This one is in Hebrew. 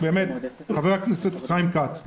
חבר הכנסת חיים כץ,